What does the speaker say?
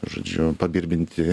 žodžiu pabirbinti